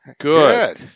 Good